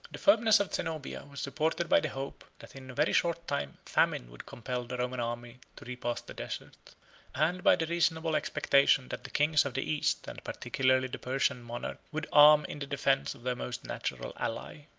the firmness of zenobia was supported by the hope, that in a very short time famine would compel the roman army to repass the desert and by the reasonable expectation that the kings of the east, and particularly the persian monarch, would arm in the defence of their most natural ally.